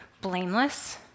blameless